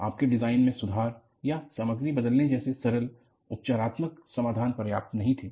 आपके डिजाइन में सुधार या सामग्री बदलने जैसे सरल उपचारात्मक समाधान पर्याप्त नहीं थे